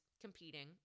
competing